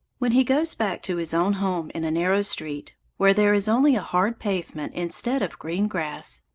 when he goes back to his own home in a narrow street, where there is only a hard pavement instead of green grass,